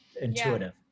intuitive